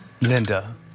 Linda